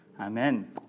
Amen